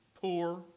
poor